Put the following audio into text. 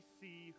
see